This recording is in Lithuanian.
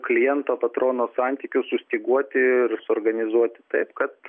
kliento patrono santykius sustyguoti ir suorganizuoti taip kad